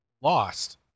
lost